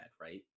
right